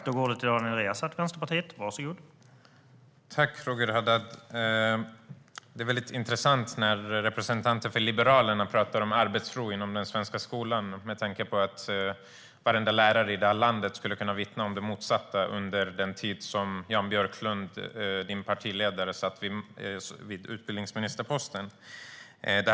Herr talman! Tack, Roger Haddad! Det är intressant när representanter för Liberalerna talar om arbetsro inom den svenska skolan med tanke på att varenda lärare i det här landet skulle kunna vittna om det motsatta under den tid som Jan Björklund, din partiledare, satt på utbildningsministerposten.